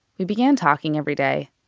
we began talking every day.